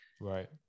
Right